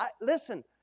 Listen